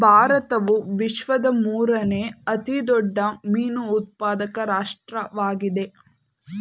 ಭಾರತವು ವಿಶ್ವದ ಮೂರನೇ ಅತಿ ದೊಡ್ಡ ಮೀನು ಉತ್ಪಾದಕ ರಾಷ್ಟ್ರವಾಗಿದೆ